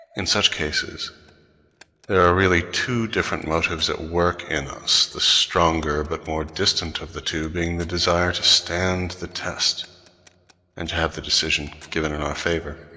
in such cases there are really two different motives at work in us the stronger but more distant of the two being the desire to stand the test and to have the decision given in our favor